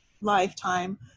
lifetime